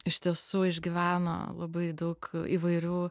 iš tiesų išgyveno labai daug įvairių